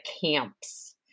camps